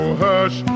hush